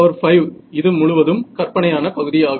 1r5 இது முழுவதும் கற்பனையான பகுதி ஆகும்